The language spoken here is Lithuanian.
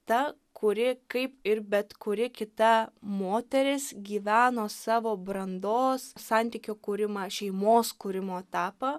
ta kuri kaip ir bet kuri kita moteris gyveno savo brandos santykio kūrimą šeimos kūrimo etapą